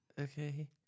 Okay